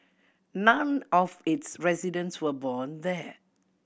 none of its residents were born there